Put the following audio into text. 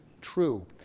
true